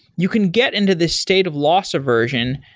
you can get into this state of loss aversion.